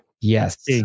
yes